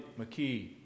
McKee